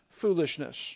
foolishness